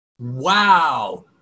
wow